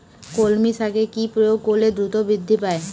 কলমি শাকে কি প্রয়োগ করলে দ্রুত বৃদ্ধি পায়?